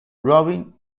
robin